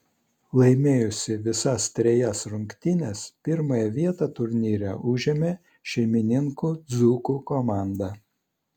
laimėjusi visas trejas rungtynes pirmąją vietą turnyre užėmė šeimininkų dzūkų komanda